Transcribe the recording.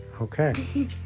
Okay